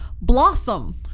Blossom